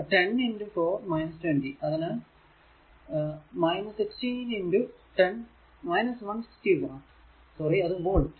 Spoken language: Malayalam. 10 4 20 അതിനാൽ 16 10 160 വാട്ട് സോറി വോൾട്